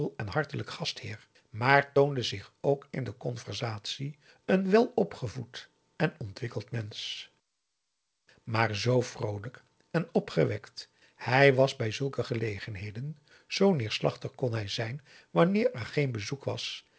en hartelijk gastheer maar toonde zich ook in de conversatie een welopgevoed en ontwikkeld mensch maar zoo vroolijk en opgewekt hij was bij zulke gelegenheden zoo neerslachtig kon hij zijn wanneer er geen bezoek was